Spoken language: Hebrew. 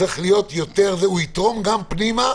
הוא יתרום גם פנימה,